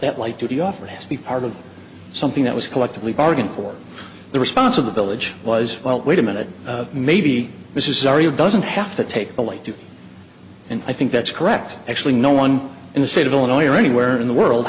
that light duty offer has to be part of something that was collectively bargained for the response of the village was well wait a minute maybe this is zarya doesn't have to take the light duty and i think that's correct actually no one in the state of illinois or anywhere in the world